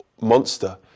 monster